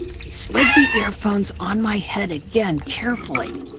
he slid the earphones on my head again carefully.